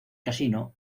casino